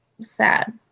sad